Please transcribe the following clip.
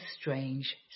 strange